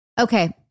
Okay